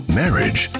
marriage